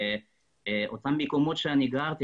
אותם מקומות בהם גרתי,